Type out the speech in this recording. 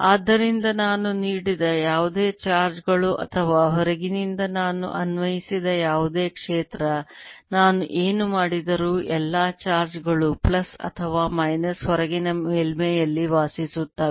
ಆದ್ದರಿಂದ ನಾನು ನೀಡಿದ ಯಾವುದೇ ಚಾರ್ಜ್ ಗಳು ಅಥವಾ ಹೊರಗಿನಿಂದ ನಾನು ಅನ್ವಯಿಸಿದ ಯಾವುದೇ ಕ್ಷೇತ್ರ ನಾನು ಏನು ಮಾಡಿದರೂ ಎಲ್ಲಾ ಚಾರ್ಜ್ ಗಳು ಪ್ಲಸ್ ಅಥವಾ ಮೈನಸ್ ಹೊರಗಿನ ಮೇಲ್ಮೈಯಲ್ಲಿ ವಾಸಿಸುತ್ತವೆ